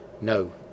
No